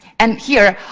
and here,